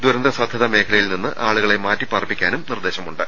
ദുരന്ത സാധ്യതാ മേഖലയിൽ നിന്നും ആളുകളെ മാറ്റി പാർപ്പിക്കാനും നിർദ്ദേശമുണ്ട്